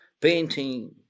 painting